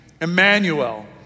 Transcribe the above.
Emmanuel